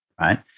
Right